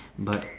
but